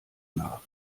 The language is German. nach